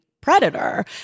predator